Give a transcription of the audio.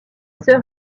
sœur